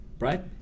Right